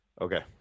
Okay